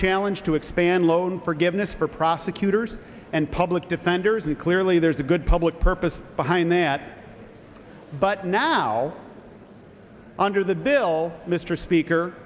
challenge to expand loan forgiveness for prosecutors and public defenders and clearly there's a good public purpose behind that but now under the bill mr speaker